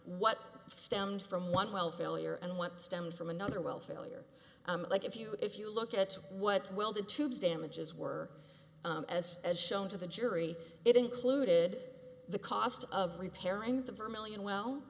what stemmed from one well failure and what stem from another well failure like if you if you look at what will the tubes damages were as as shown to the jury it included the cost of repairing the vermillion well